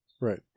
Right